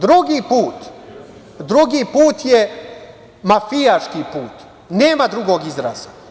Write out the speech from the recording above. Drugi put je mafijaški put, nema drugog izraza.